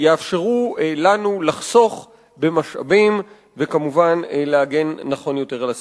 ויאפשרו לנו לחסוך במשאבים וכמובן להגן נכון יותר על הסביבה.